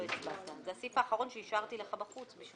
לא הצבעת, זה הסעיף האחרון שהשארתי לך בחוץ.